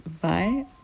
Bye